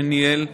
שניהל,